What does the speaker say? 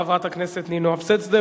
חברת הכנסת נינו אבסדזה,